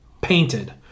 painted